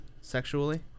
sexually